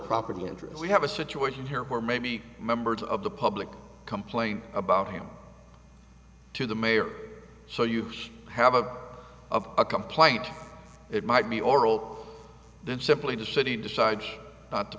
property interest we have a situation here where maybe members of the public complain about him to the mayor so you have a of a complaint it might be oral then simply the city decides not to